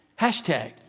Hashtag